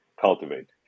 cultivate